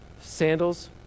Sandals